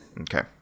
Okay